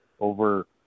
over